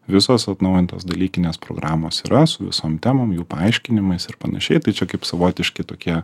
visos atnaujintos dalykinės programos yra su visom temom jų paaiškinimais ir panašiai tai čia kaip savotiški tokie